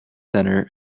center